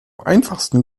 einfachsten